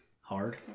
Hard